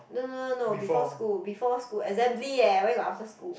no no no no before school before school assembly eh where got after school